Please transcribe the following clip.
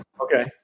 Okay